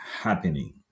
Happening